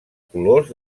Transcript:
colors